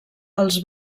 els